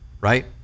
right